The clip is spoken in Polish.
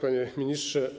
Panie Ministrze!